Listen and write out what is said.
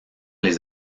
les